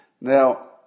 Now